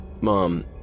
Mom